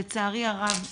לצערי הרב,